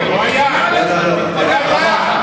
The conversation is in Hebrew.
איפה אתה חי?